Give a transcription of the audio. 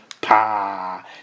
pa